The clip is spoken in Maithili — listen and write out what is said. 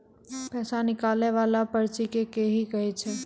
पैसा निकाले वाला पर्ची के की कहै छै?